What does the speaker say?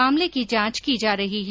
मामले की जांच की जा रही है